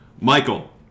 Michael